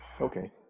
okay